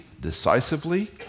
decisively